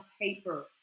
paper